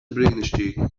brīnišķīgi